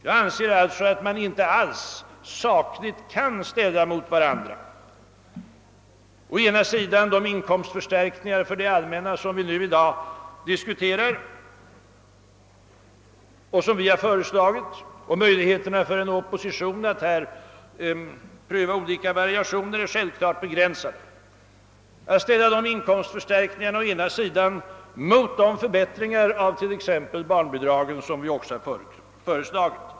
Jag anser alltså inte att man sakligt kan ställa mot varandra å ena sidan de inkomstförstärkningar för det allmänna som vi föreslagit och som riksdagen i dag diskuterar — möjligheterna för en opposition att pröva olika alternativ är självfallet begränsade — och å andra sidan de förbättringar av t.ex. barnbidragen som vi också föreslagit.